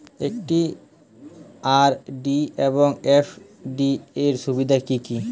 একটি আর.ডি এবং এফ.ডি এর সুবিধা কি কি?